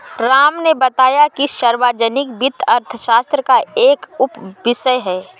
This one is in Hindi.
राम ने बताया कि सार्वजनिक वित्त अर्थशास्त्र का एक उपविषय है